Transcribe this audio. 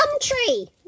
tree